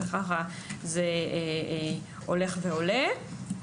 וכך זה הולך ועולה.